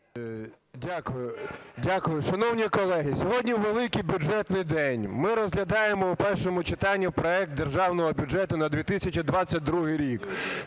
Дякую. Шановні колеги, сьогодні, у великий бюджетний день, ми розглядаємо в першому читанні проект Державного бюджету на 2022 рік.